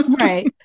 Right